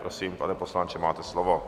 Prosím, pane poslanče, máte slovo.